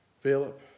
Philip